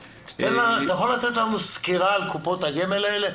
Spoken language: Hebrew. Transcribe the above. --- אתה יכול לתת לנו סקירה על קופות הגמל האלה?